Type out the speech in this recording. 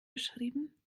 geschrieben